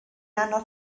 anodd